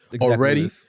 Already